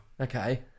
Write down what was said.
Okay